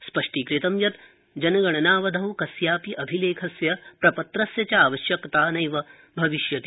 स्पष्टीकृतं यत् जनगणनावधौ कस्यापि अभिलेखस्य प्रपत्रस्य चावश्यकता नैव भविष्यति